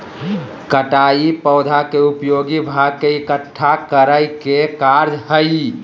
कटाई पौधा के उपयोगी भाग के इकट्ठा करय के कार्य हइ